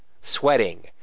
Sweating